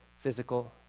physical